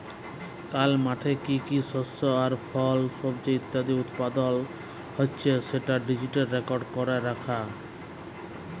call মাঠে কি কি শস্য আর ফল, সবজি ইত্যাদি উৎপাদল হচ্যে সেটা ডিজিটালি রেকর্ড ক্যরা রাখা